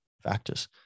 factors